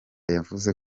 yavuze